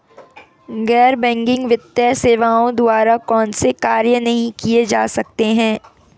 गैर बैंकिंग वित्तीय सेवाओं द्वारा कौनसे कार्य नहीं किए जा सकते हैं?